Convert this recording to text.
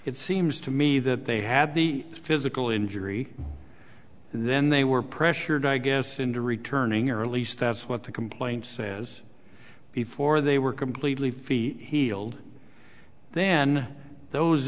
it seems to me that they had the physical injury and then they were pressured i guess into returning or at least that's what the complaint says before they were completely feet healed then those